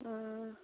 ആ